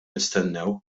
nistennew